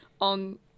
on